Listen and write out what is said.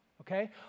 okay